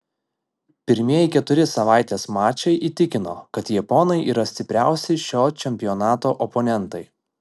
pirmieji keturi savaitės mačai įtikino kad japonai yra stipriausi šio čempionato oponentai